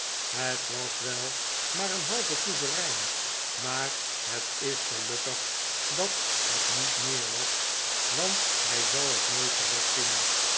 het was wel maar een halve souverein maar het is gelukkig dat het niet meer was want hij zal het nooit terugzien